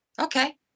okay